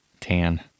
Tan